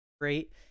great